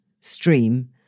stream